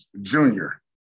junior